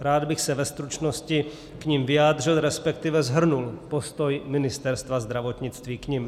Rád bych se ve stručnosti k nim vyjádřil resp. shrnul postoj Ministerstva zdravotnictví k nim.